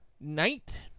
Knight